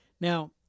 Now